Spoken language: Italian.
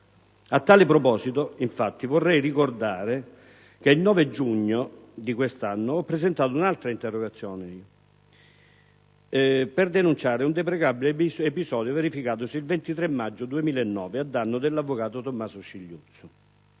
A tal proposito, infatti, vorrei ricordare che il 9 giugno di quest'anno ho presentato un'altra interrogazione per segnalare un deprecabile episodio verificatosi il 23 maggio 2009 a danno dell'avvocato Tommaso Scigliuzzo.